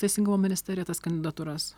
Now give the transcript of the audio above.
teisingumo ministerija tas kandidatūras